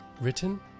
written